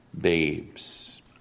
babes